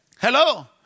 Hello